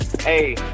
Hey